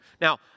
Now